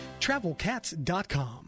TravelCats.com